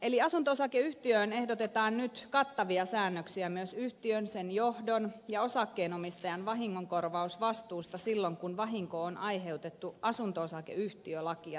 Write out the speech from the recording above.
eli asunto osakeyhtiöön ehdotetaan nyt kattavia säännöksiä myös yhtiön sen johdon ja osakkeenomistajan vahingonkorvausvastuusta silloin kun vahinko on aiheutettu asunto osakeyhtiölakia rikkomalla